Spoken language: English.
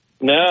No